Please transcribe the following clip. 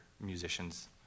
musicians